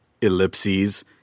Ellipses